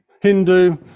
Hindu